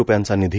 रूपयांचा निधी